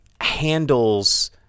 handles